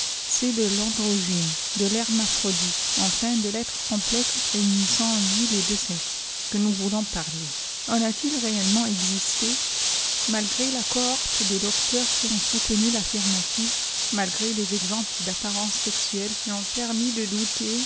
c'est de tandrogine dethermaphrodite enfin de tètre complexe réunissant en lui les deux sexes que nous voulons parler en a-t-il réellement existé malgré la cohorte des docteurs qui ont soutenu taffrmative malgré des exemples d apparences sexuelles i ont permis de douter